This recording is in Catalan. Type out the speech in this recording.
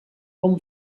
com